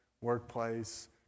workplace